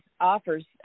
offers